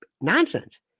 nonsense